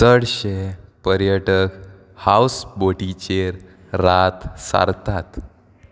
चडशे पर्यटक हावस बोटीचेर रात सारतात